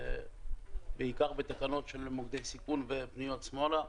בעיקר בתקנות של מוקדי סיכון ופניות שמאלה.